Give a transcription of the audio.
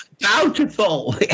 Bountiful